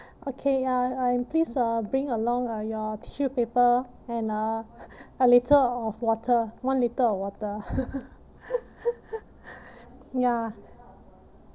okay uh and please uh bring along uh your tissue paper and uh a litre of water one litre of water ya